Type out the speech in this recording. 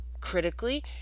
critically